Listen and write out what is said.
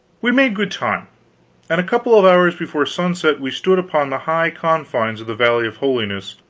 we made good time and a couple of hours before sunset we stood upon the high confines of the valley of holiness,